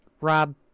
Rob